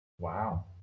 wow